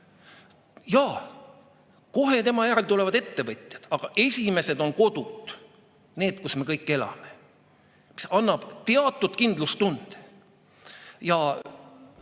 Jaa, kohe tema järel tulevad ettevõtjad, aga esimesed on kodud, need, kus me kõik elame. See annab teatud kindlustunde. Sellest